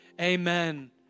Amen